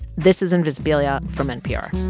this is invisibilia from npr